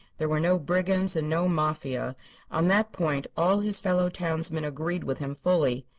there were no brigands and no mafia on that point all his fellow townsmen agreed with him fully.